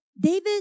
David